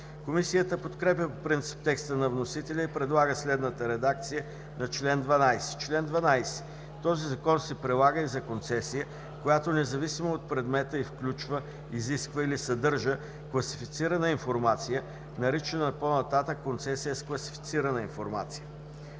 Комисията подкрепя по принцип текста на вносителя и предлага следната редакция на чл. 12: „Чл. 12. Този Закон се прилага и за концесия, която независимо от предмета й включва, изисква или съдържа класифицирана информация, наричана по-нататък „концесия с класифицирана информация“.“